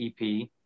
EP